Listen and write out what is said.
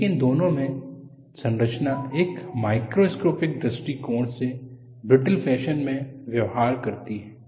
लेकिन दोनों में संरचना एक मैक्रोस्कोपिक दृष्टिकोण से ब्रिटल फैशन में व्यवहार करती है